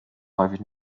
häufig